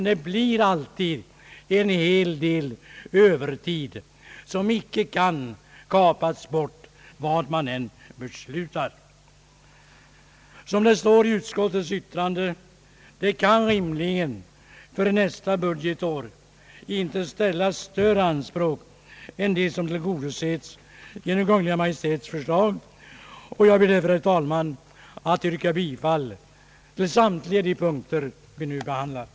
Det blir alltid en hel del övertid som icke kan kapas bort, vad man än beslutar. Det står i utskottets yttrande att det »kan dock för nästa budgetår inte rimligen ställas större anspråk än de som tillgodoses genom Kungl. Maj:ts förslag». Jag ber, herr talman, att få yrka bifall till utskottets hemställan.